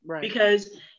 because-